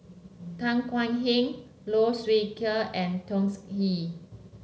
Tan Heng Low Siew and Tsung Yeh